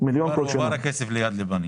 מיליון שקלים.